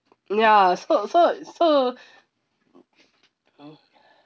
ya so so so